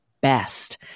best